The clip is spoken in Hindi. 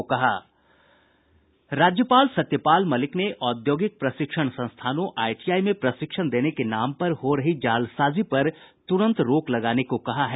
राज्यपाल सत्यपाल मलिक ने औद्योगिक प्रशिक्षण संस्थानों आईटीआई में प्रशिक्षण देने के नाम पर हो रही जालसाजी पर तुरंत रोक लगाने को कहा है